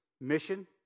Mission